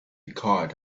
card